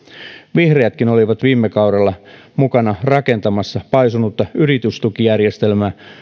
vihreätkin olivat viime kaudella mukana rakentamassa paisunutta yritystukijärjestelmää